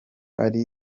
ari